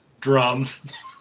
Drums